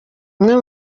umwe